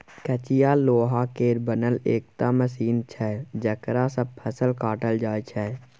कचिया लोहा केर बनल एकटा मशीन छै जकरा सँ फसल काटल जाइ छै